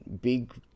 big